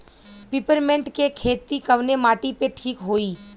Peppermint के खेती कवने माटी पे ठीक होई?